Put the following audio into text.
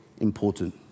important